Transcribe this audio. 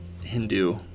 Hindu